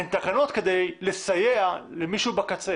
הן תקנות כדי לסייע למישהו בקצה.